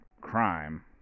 crime